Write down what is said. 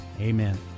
Amen